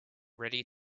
ready